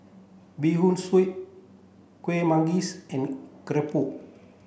Bee Hoon Soup Kueh Manggis and Keropok